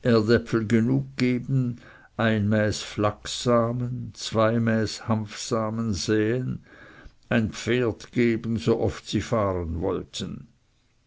genug geben ein mäß flachssamen zwei mäß hanfsamen säen ein pferd geben so oft sie fahren wollten